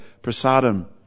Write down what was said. prasadam